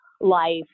life